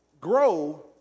grow